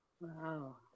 Wow